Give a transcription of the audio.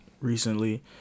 recently